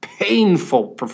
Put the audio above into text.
Painful